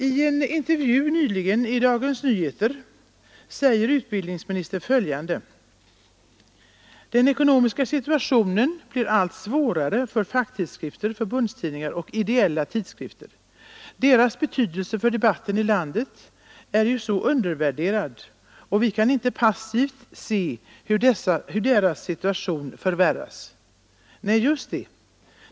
I en intervju nyligen i Dagens Nyheter säger utbildningsministern följande: ”Den ekonomiska situationen blir allt svårare för facktidskrifter, förbundstidningar och ideella tidningar. Deras betydelse för debatten i landet är ju så undervärderad, och vi kan inte passivt se hur deras situation förvärras.” Nej, just det.